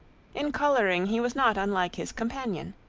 in coloring he was not unlike his companion.